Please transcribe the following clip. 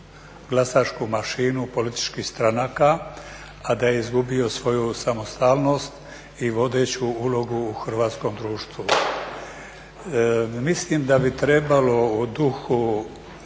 glasačku mašinu političkih stranaka, a da je izgubio svoju samostalnost i vodeću ulogu u hrvatskom društvu. Mislim da bi trebalo u duhu